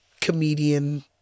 comedian